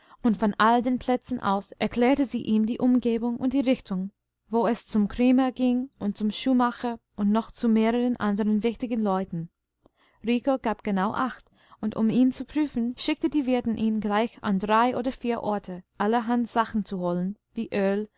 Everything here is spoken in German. und von all den plätzen aus erklärte sie ihm die umgebung und die richtung wo es zum krämer ging und zum schuhmacher und noch zu mehreren anderen wichtigen leuten rico gab genau acht und um ihn zu prüfen schickte die wirtin ihn gleich an drei oder vier orte allerhand sachen zu holen wie öl